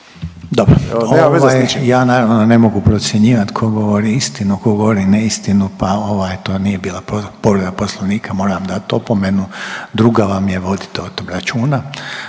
(HDZ)** Ja naravno, ne mogu procjenjivati tko govori istinu, tko govori neistinu, pa ovaj, to nije bila povreda Poslovnika. Moram vam dati opomenu. Druga vam je, vodite o tom računa,